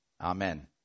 amen